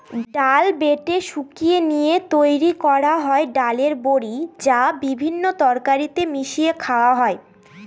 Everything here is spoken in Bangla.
ডাল বেটে শুকিয়ে নিয়ে তৈরি করা হয় ডালের বড়ি, যা বিভিন্ন তরকারিতে মিশিয়ে খাওয়া হয়